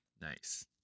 Nice